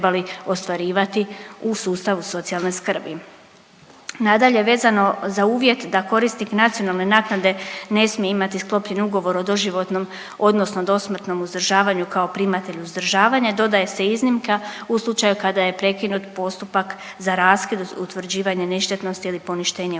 Nadalje, vezano za uvjet da korisnik nacionalne naknade ne smije imati sklopljeni ugovor o doživotnom, odnosno dosmrtnom uzdržavanju kao primatelj uzdržavanja. I dodaje se iznimka u slučaju kada je prekinut postupak za raskid, utvrđivanje ništetnosti ili poništenje ugovora.